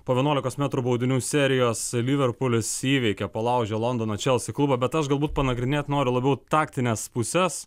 po vienuolikos metrų baudinių serijos liverpulis įveikė palaužė londono chelsea klubą bet aš galbūt panagrinėt noriu labiau taktines puses